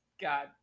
god